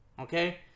okay